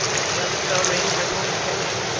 if the office bell rings i pull this catch,